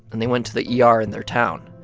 and they went to the yeah ah er in their town.